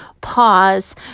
pause